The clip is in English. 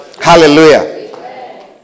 Hallelujah